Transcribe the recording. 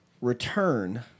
return